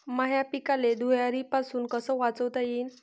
माह्या पिकाले धुयारीपासुन कस वाचवता येईन?